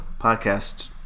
podcast